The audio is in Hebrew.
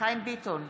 חיים ביטון,